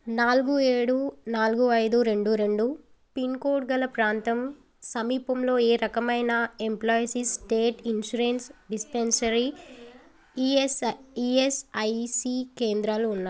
నాలుగు ఏడు నాలుగు ఐదు రెండు రెండు పిన్కోడ్ గల ప్రాంతం సమీపంలో ఏ రకమైన employees state insurance dispensary ES ESIC కేంద్రాలు ఉన్నాయి